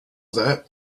that